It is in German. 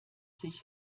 sich